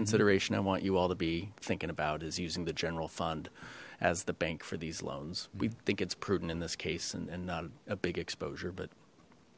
consideration i want you all to be thinking about is using the general fund as the bank for these loans we think it's prudent in this case and not a big exposure but